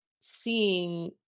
seeing